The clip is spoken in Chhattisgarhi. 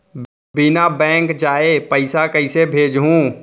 बिना बैंक जाये पइसा कइसे भेजहूँ?